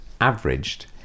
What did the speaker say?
averaged